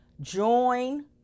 join